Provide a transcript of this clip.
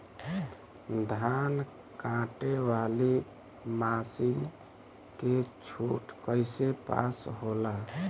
धान कांटेवाली मासिन के छूट कईसे पास होला?